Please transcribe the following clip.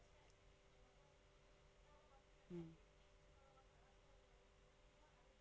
hmm